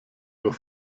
nur